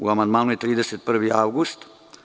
U amandmanu je 31. avgust.